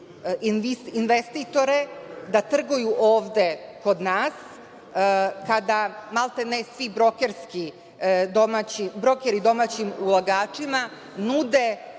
investitore da trguju ovde kod nas, kada maltene svi brokeri domaćim ulagačima nude